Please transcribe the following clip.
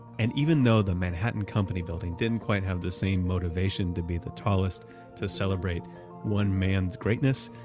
and even though the manhattan company building didn't quite have the same motivation to be the tallest to celebrate one man's greatness,